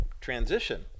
transition